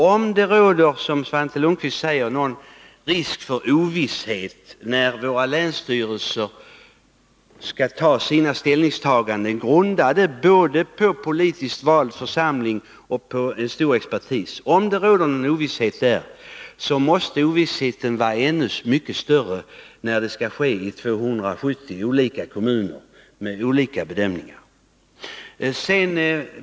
Om det, som Svante Lundkvist säger, finns risk för ovisshet när våra länsstyrelser skall göra sina ställningstaganden, grundade på politiska bedömningar och med ledning av expertis, måste ovissheten vara ännu mycket större när besluten skall fattas i 270 olika kommuner med olika bedömningar.